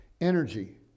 energy